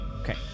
Okay